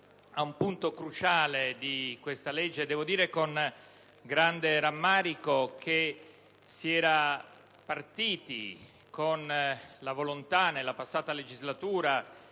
ad un punto cruciale di questa legge. Devo dire, con grande rammarico, che si era partiti con una certa volontà nella passata legislatura,